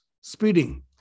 speeding